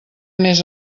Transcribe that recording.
més